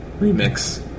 Remix